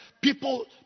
people